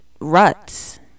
Ruts